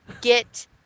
get